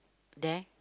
there